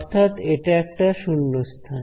অর্থাৎ এটা একটা শূন্যস্থান